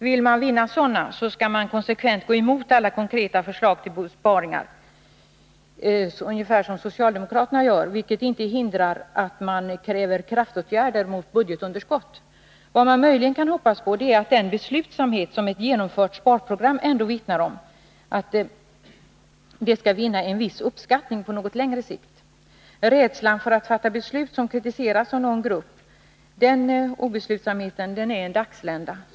Vill man vinna sådana, skall man konsekvent gå emot alla konkreta förslag till besparingar, ungefär som socialdemokraterna gör — vilket inte hindrar att de kräver kraftåtgärder mot budgetunderskottet. Vad man möjligen kan hoppas på är att den beslutsamhet som ett genomfört sparprogram ändå vittnar om skall vinna en viss uppskattning på något längre sikt. Den obeslutsamhet som kommer av rädslan för att fatta beslut som kritiseras av någon grupp är en dagslända.